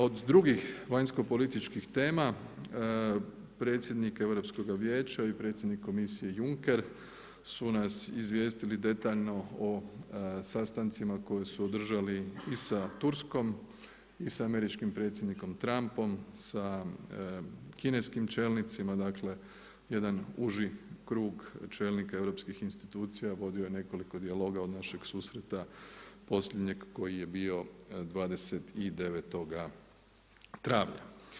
Od drugih vanjsko političkih tema, predsjednik Europskoga vijeća i predsjednik Komisije Junker, su nas izvijestili detaljno o sastavnima koje su održali i sa Turskom i sa američkim predsjednikom Trumpom, sa kineskim čelnicima, dakle, jedan uži krug čelnika europskih institucija, vodio je nekoliko dijaloga od našeg susreta posljednjeg koji je bio 29. travnja.